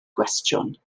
gwestiwn